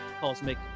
cosmic